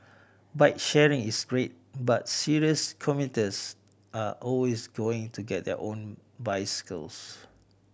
bike sharing is great but serious commuters are always going to get their own bicycles